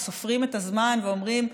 וסופרים את הזמן, ואומרים: